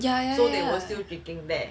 ya ya ya ya